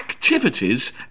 activities